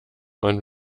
man